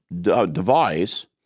device